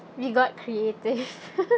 we got creative